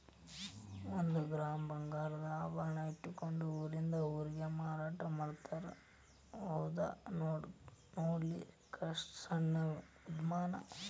ಒಂದ ಗ್ರಾಮ್ ಬಂಗಾರದ ಆಭರಣಾ ಇಟ್ಕೊಂಡ ಊರಿಂದ ಊರಿಗೆ ಮಾರಾಟಾಮಾಡ್ತಾರ ಔರ್ದು ನೊಡ್ಲಿಕ್ಕಸ್ಟ ಸಣ್ಣ ಉದ್ಯಮಾ